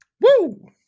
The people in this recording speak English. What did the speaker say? Woo